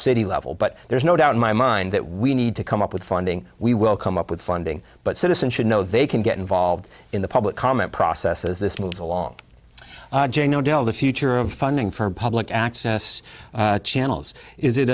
city level but there's no doubt in my mind that we need to come up with funding we will come up with funding but citizens should know they can get involved in the public comment process as this moves along del the future of funding for public access channels is it